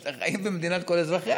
שאתם חיים במדינת כל אזרחיה?